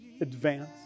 advance